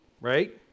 right